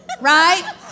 right